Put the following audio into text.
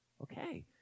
okay